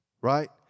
right